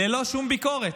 ללא שום ביקורת?